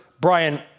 Brian